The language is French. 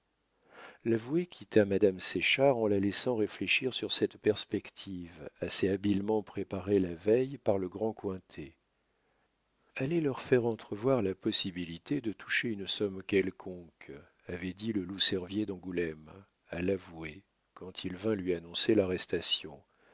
l'avoué quitta madame séchard en la laissant réfléchir sur cette perspective assez habilement préparée la veille par le grand cointet allez leur faire entrevoir la possibilité de toucher une somme quelconque avait dit le loup-cervier d'angoulême à l'avoué quand il vint lui annoncer l'arrestation